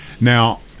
now